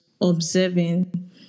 observing